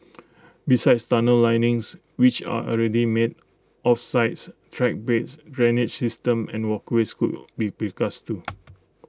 besides tunnel linings which are already made off sites track beds drainage systems and walkways could be precast too